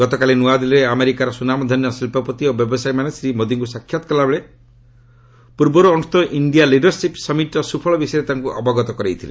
ଗତକାଲି ନୂଆଦିଲ୍ଲୀରେ ଆମେରିକାର ସୁନାମଧନ୍ୟ ଶିଳ୍ପପତି ଓ ବ୍ୟବସାୟୀମାନେ ଶ୍ରୀ ମୋଦିଙ୍କୁ ସାକ୍ଷାତ କଲାବେଳେ ପୂର୍ବରୁ ଅନୁଷ୍ଠିତ ଇଣ୍ଡିଆ ଲିଡରସିପ୍ ସମିଟ୍ର ସୁଫଳ ବିଷୟରେ ତାଙ୍କୁ ଅବଗତ କରାଇଥିଲେ